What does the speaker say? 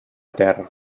terra